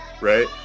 Right